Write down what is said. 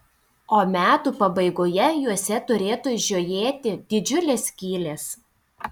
o metų pabaigoje juose turėtų žiojėti didžiulės skylės